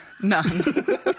None